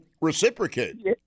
reciprocate